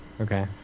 Okay